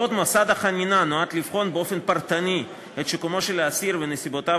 בעוד מוסד החנינה נועד לבחון באופן פרטני את שיקומו של האסיר ונסיבותיו